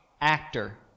actor